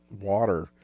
water